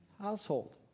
household